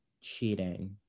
cheating